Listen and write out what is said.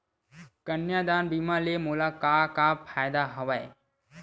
कन्यादान बीमा ले मोला का का फ़ायदा हवय?